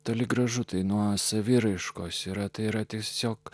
toli gražu tai nuo saviraiškos yra tai yra tiesiog